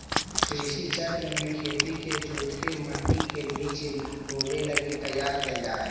कृषि चक्र में खेत के जोतके मट्टी के बीज बोवे लगी तैयार कैल जा हइ